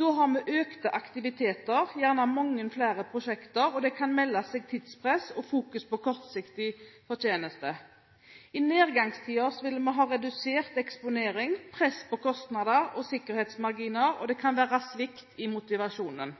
Da har vi økte aktiviteter, gjerne mange flere prosjekter, og det kan melde seg tidspress og fokus på kortsiktig fortjeneste. I nedgangstider vil vi ha redusert eksponering, press på kostnader og sikkerhetsmarginer, og det kan være svikt i motivasjonen.